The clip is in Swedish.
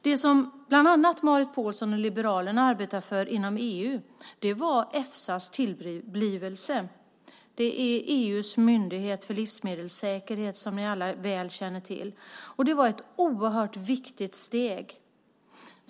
Det som bland andra Marit Paulsen och liberalerna har arbetat för inom EU är Efsas tillblivelse, som är EU:s myndighet för livsmedelssäkerhet, som vi alla väl känner till. Det var ett oerhört viktigt steg.